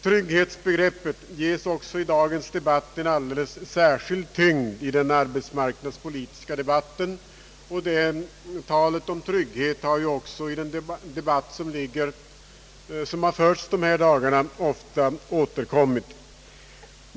Trygghetsbegreppet ges en alldeles särskild tyngd i dagens arbetsmarknadspolitiska debatt, och talet om trygghet har också ofta återkommit i den debatt som förts de här dagarna.